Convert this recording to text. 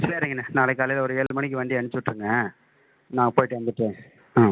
சரிங்கண்ணே நாளைக்கு காலையில் ஒரு ஏழு மணிக்கு வண்டியை அனுப்ச்சுவிட்ருங்க நாங்கள் போய்விட்டு வந்துவிட்டு ஆ